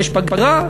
יש פגרה,